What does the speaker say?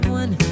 one